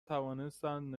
توانستند